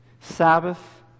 Sabbath